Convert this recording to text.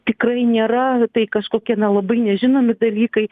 tikrai nėra tai kažkokie nelabai nežinomi dalykai